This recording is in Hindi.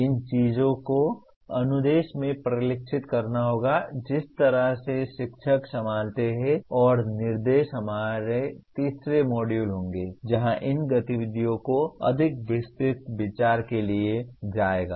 इन चीजों को अनुदेश में परिलक्षित करना होगा जिस तरह से शिक्षक संभालते हैं और निर्देश हमारे तीसरे मॉड्यूल होंगे जहां इन गतिविधियों को अधिक विस्तृत विचार के लिए लिया जाएगा